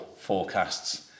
forecasts